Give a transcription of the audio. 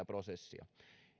prosessia